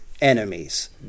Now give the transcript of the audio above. enemies